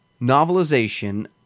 novelization